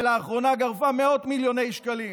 ולאחרונה היא גרפה מאות מיליוני שקלים.